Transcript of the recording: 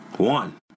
one